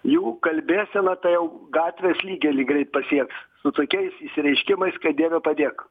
jų kalbėsena tai jau gatvės lygelį greit pasieks su tokiais išsireiškimais kai dieve padėk